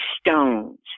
stones